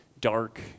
dark